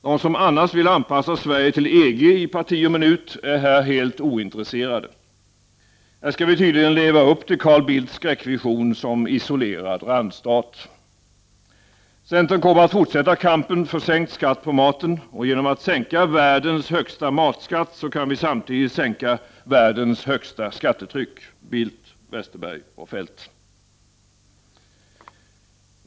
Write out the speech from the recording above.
De som annars vill anpassa Sverige till EG i parti och minut är här helt ointresserade. Här skall vi tydligen leva upp till Carl Bildts skräckvision som isolerad randstat. Centern kommer att fortsätta kampen för sänkt skatt på maten. Genom att sänka världens högsta matskatt kan vi samtidigt sänka världens högsta skattetryck, Bildt, Westerberg och Feldt!